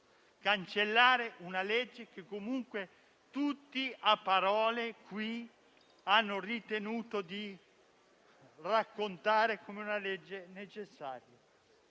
la legge (una legge che comunque tutti a parole qui hanno ritenuto di raccontare come necessaria).